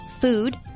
food